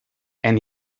and